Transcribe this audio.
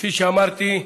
וכפי שאמרתי,